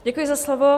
Děkuji za slovo.